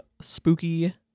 Spooky